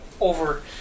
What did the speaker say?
over